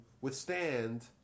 withstand